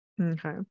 Okay